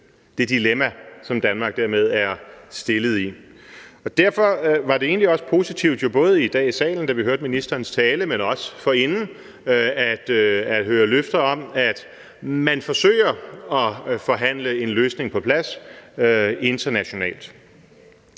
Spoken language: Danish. det dilemma, som Danmark dermed er stillet over for. Derfor var det jo egentlig også positivt – både i dag i salen, da vi hørte ministerens tale, men også forinden – at høre løfter om, at man forsøger at forhandle en løsning på plads internationalt.